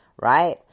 Right